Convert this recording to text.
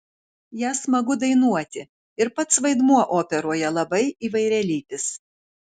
ją smagu dainuoti ir pats vaidmuo operoje labai įvairialypis